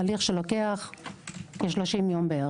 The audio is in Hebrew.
הליך שלוקח כ-30 יום.